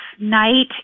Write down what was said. night